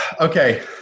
okay